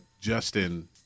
Justin